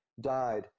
died